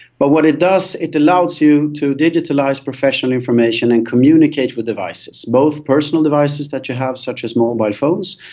but what it does, it allows you to digitalise professional information and communicate with devices, both personal devices that you have such as mobile phones,